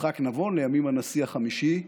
יצחק נבון, לימים הנשיא החמישי,